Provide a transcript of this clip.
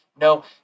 No